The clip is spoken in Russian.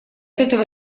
этого